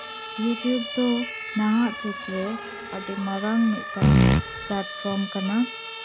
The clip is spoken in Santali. ᱤᱭᱩᱴᱩᱵ ᱫᱚ ᱱᱟᱦᱟᱜ ᱡᱩᱜᱽ ᱨᱮ ᱟᱹᱰᱤ ᱢᱟᱨᱟᱝ ᱢᱤᱫᱴᱟᱱ ᱯᱞᱟᱴᱯᱷᱨᱚᱢ ᱠᱟᱱᱟ